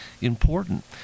important